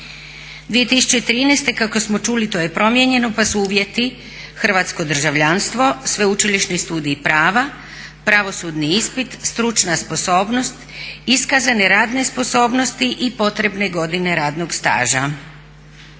2013. kako smo čuli, to je promijenjeno pa su uvjeti hrvatsko državljanstvo, sveučilišni studij prava, pravosudni ispit, stručna sposobnost, iskazane radne sposobnosti i potrebne godine radnog staža.